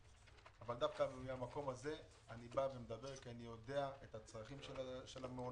אבל דווקא מהמקום הזה אני מדבר כי אני יודע את הצרכים של המעונות,